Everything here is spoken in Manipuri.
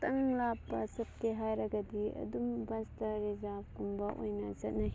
ꯈꯤꯇꯪ ꯂꯥꯞꯄ ꯆꯠꯀꯦ ꯍꯥꯏꯔꯒꯗꯤ ꯑꯗꯨꯝ ꯕꯁꯇ ꯔꯤꯖꯥꯕ ꯀꯨꯝꯕ ꯑꯣꯏꯅ ꯆꯠꯅꯩ